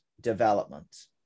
development